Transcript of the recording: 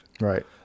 Right